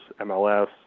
MLS